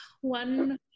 one